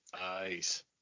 Nice